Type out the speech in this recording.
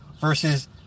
versus